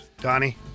Donnie